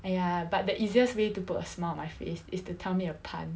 !aiya! but the easiest way to put a smile on my face is to tell me a pun